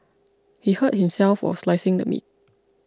he hurt himself while slicing the meat